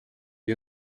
you